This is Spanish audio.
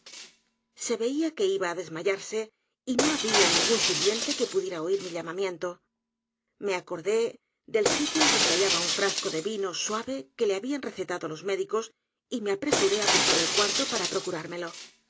se veía que iba á desmayarse y no había ningún sirviente que pudiera oir mi llamamiento me acordé del sitio en que se hallaba un frasco de vino suave que le habían recetado los médicos y me apresuré á cruzar el cuarto p